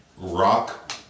Rock